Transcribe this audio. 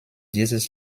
dieses